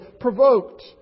provoked